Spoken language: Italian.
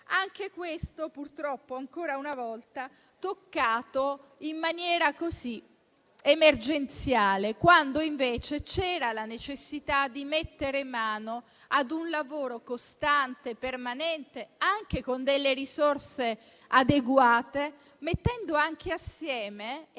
Anche questo punto, purtroppo, ancora una volta è stato toccato in maniera emergenziale, quando invece c'era la necessità di mettere mano ad un lavoro costante, permanente, anche con delle risorse adeguate, mettendo assieme e